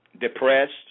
depressed